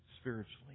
spiritually